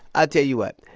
ah tell you what.